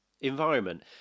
environment